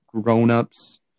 Grown-ups